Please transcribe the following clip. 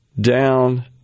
down